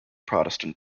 protestant